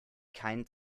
kein